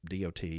dot